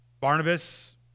Barnabas